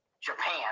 Japan